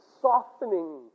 softening